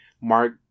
mark